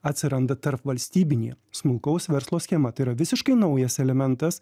atsiranda tarpvalstybinė smulkaus verslo schema tai yra visiškai naujas elementas